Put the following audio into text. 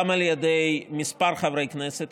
גם על ידי כמה חברי כנסת,